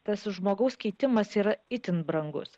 tas žmogaus keitimas yra itin brangus